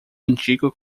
antigo